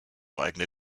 eigene